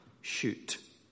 shoot